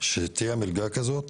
שתהיה מלגה כזו.